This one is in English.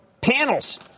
panels